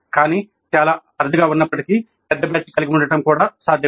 కానీ చాలా అరుదుగా ఉన్నప్పటికీ పెద్ద బ్యాచ్ కలిగి ఉండటం సాధ్యమే